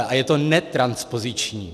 A je to netranspoziční.